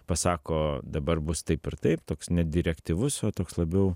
pasako dabar bus taip ir taip toks nedirektyvus o toks labiau